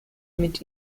mit